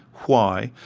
why,